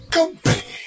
Company